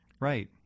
Right